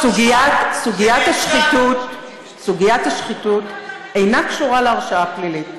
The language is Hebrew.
סוגיית השחיתות אינה קשורה להרשעה פלילית.